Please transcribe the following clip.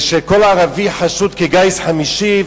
שכל ערבי חשוד כגיס חמישי,